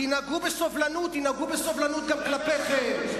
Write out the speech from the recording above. תנהגו בסובלנות, ינהגו בסובלנות גם כלפיכם.